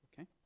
Okay